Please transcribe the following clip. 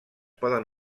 poden